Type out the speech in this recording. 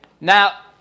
Now